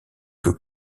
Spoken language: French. que